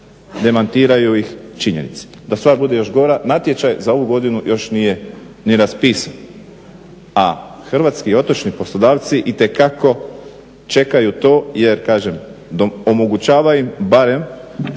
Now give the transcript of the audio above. demantiraju ih činjenice. Da stvar bude još gora natječaj za ovu godinu još nije ni raspisan, a hrvatski otočni poslodavci itekako čekaju to jer kažem omogućava im barem